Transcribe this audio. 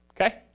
okay